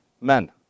men